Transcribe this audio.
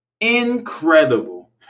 Incredible